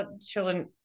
children